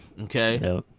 Okay